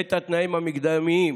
את התנאים המקדמיים,